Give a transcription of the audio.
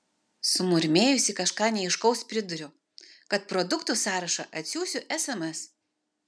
sumurmėjusi kažką neaiškaus priduriu kad produktų sąrašą atsiųsiu sms